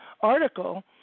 article